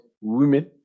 women